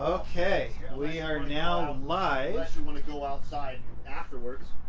okay we are now live! you want to go outside afterwards.